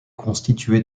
constituée